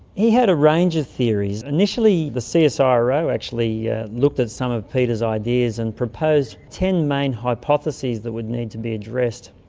he had a range of theories. initially the ah csiro actually looked at some of peter's ideas and proposed ten main hypotheses that would need to be addressed.